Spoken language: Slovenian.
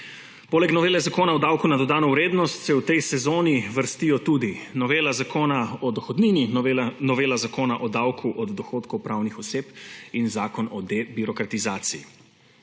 Poleg novele Zakona o davku na dodano vrednost se v tej sezoni vrstijo tudi novela Zakona o dohodnini, novela Zakona o davku od dohodkov pravnih oseb in Zakon o debirokratizaciji.